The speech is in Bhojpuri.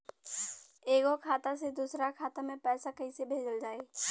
एगो खाता से दूसरा खाता मे पैसा कइसे भेजल जाई?